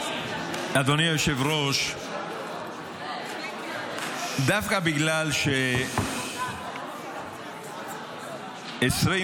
אדוני היושב-ראש, דווקא בגלל ש-27